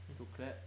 need to clap